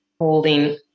holding